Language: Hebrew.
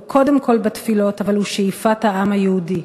הוא קודם כול בתפילות, אבל הוא שאיפת העם היהודי,